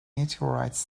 meteorites